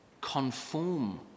conform